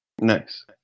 Nice